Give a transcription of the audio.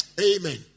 Amen